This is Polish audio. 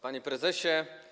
Panie Prezesie!